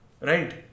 right